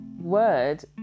word